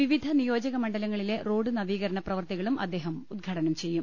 വിവിധ നിയോ ജക മണ്ഡലങ്ങളിലെ റോഡ് നവീകരണ പ്രവൃത്തികളും അദ്ദേഹം ഉദ്ഘാ ടനം ചെയ്യും